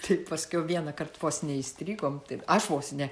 tai paskiau vienąkart vos neįstrigom taip aš vos ne